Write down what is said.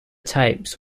tapes